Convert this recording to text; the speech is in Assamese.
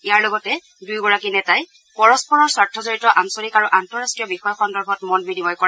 ইয়াৰ লগতে দুয়োগৰাকী নেতাই পৰস্পৰৰ স্বাৰ্থজড়িত আঞ্চলিক আৰু আন্তঃৰাষ্টীয় বিষয় সন্দৰ্ভত মত বিনিময় কৰে